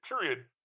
period